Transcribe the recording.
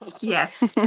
Yes